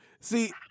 see